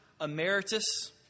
Emeritus